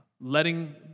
letting